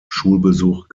schulbesuch